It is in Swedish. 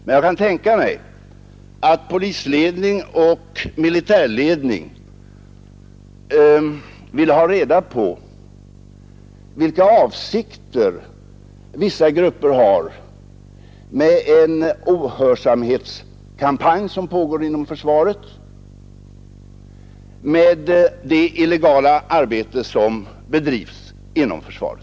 Men jag kan tänka mig att polisledning och militärledning ville ha reda på vilka avsikter vissa grupper har med den ohörsamhetskampanj — det illegala arbete — som pågår inom försvaret.